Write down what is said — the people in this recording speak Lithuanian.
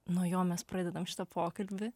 nuo jo mes pradedam šitą pokalbį